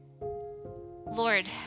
Lord